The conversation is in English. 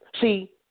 See